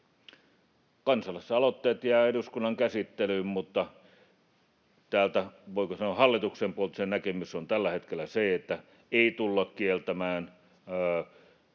Kansalaisaloitteet jäävät eduskunnan käsittelyyn, mutta täältä, voiko sanoa, hallituksen puolelta se näkemys on tällä hetkellä se, että ei tulla kieltämään.